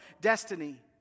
destiny